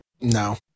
No